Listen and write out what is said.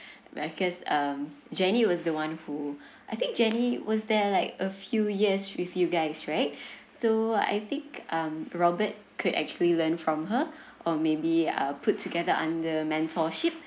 because um jenny was the one who I think jenny was there like a few years with you guys right so I think um robert could actually learn from her or maybe uh put together under mentorship